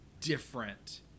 different